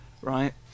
right